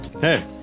Hey